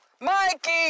Mikey